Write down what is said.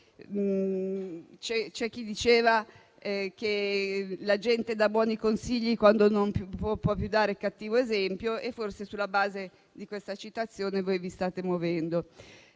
Qualcuno diceva che la gente dà buoni consigli quando non può più dare il cattivo esempio e forse, sulla base di questa citazione, voi vi state muovendo.